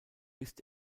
ist